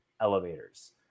elevators